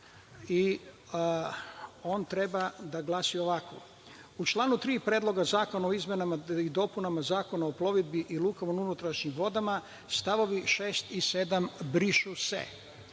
i on treba da glasi ovako - u članu 3. Predloga zakona o izmenama i dopunama Zakona o plovidbi i lukama na unutrašnjim vodama st. 6. i 7. brišu se.